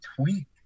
tweak